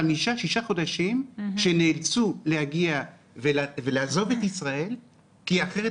חמישה-שישה חודשים שנאלצו להגיע ולעזוב את ישראל כי אחרת